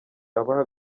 abahe